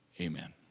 amen